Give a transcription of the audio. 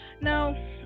Now